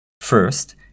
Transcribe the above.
First